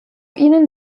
ihnen